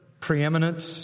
preeminence